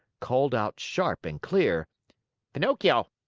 called out sharp and clear pinocchio,